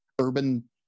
urban